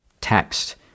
text